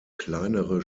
kleinere